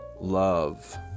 love